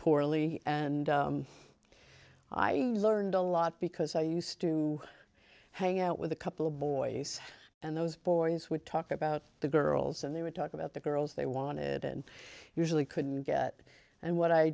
poorly and i learned a lot because i used to hang out with a couple of boys and those boys would talk about the girls and they would talk about the girls they wanted and usually couldn't get and what i